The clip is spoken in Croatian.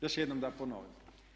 Još jednom da ponovim.